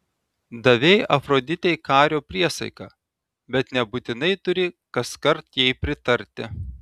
davei afroditei kario priesaiką bet nebūtinai turi kaskart jai pritarti